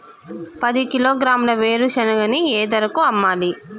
పది కిలోగ్రాముల వేరుశనగని ఏ ధరకు అమ్మాలి?